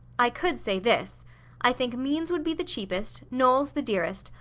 i could say this i think means would be the cheapest, knowls the dearest,